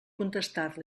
contestar